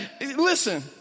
listen